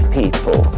people